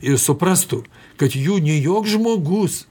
ir suprastų kad jų nė joks žmogus